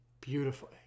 Beautiful